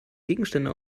gegenstände